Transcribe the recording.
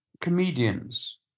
comedians